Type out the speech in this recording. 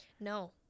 No